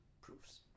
proofs